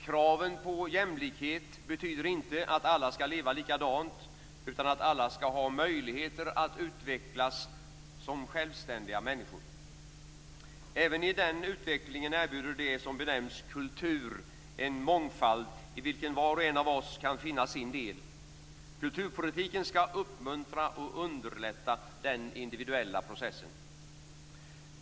Kraven på jämlikhet betyder inte att alla skall leva likadant, utan att alla skall ha möjligheter att utvecklas som självständiga människor. Även i den utvecklingen erbjuder det som benämns kultur en mångfald i vilken var och en av oss kan finna sin del. Kulturpolitiken skall uppmuntra och underlätta den individuella processen.